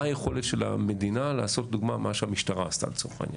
מה היכולת של המדינה לעשות לדוגמה מה שהמשטרה עשתה לצורך העניין,